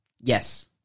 Yes